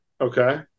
Okay